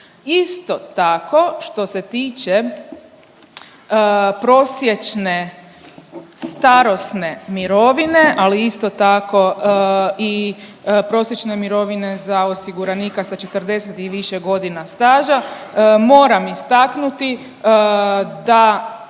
Isto tako, što se tiče prosječne starosne mirovine, ali isto tako i prosječne mirovine za osiguranika sa 40 i više godina staža moram istaknuti da